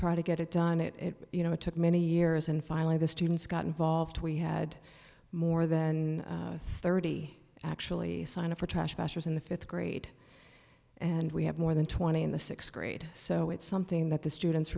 try to get it done it you know it took many years and finally the students got involved we had more than thirty actually signed up for trash masters in the fifth grade and we have more than twenty in the sixth grade so it's something that the students